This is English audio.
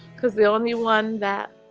because the only one that